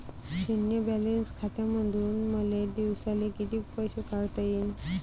शुन्य बॅलन्स खात्यामंधून मले दिवसाले कितीक पैसे काढता येईन?